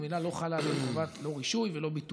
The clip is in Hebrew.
וממילא לא חלה עליהם לא חובת רישוי ולא חובת ביטוח.